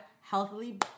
healthily